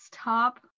stop